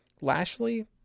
Lashley